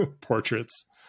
portraits